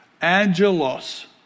angelos